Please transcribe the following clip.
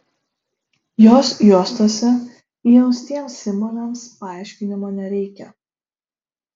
jos juostose įaustiems simboliams paaiškinimo nereikia